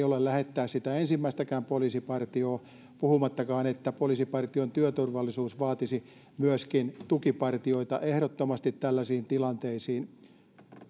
ole lähettää sitä ensimmäistäkään poliisipartiota puhumattakaan että poliisipartion työturvallisuus vaatisi myöskin tukipartioita ehdottomasti tällaisiin tilanteisiin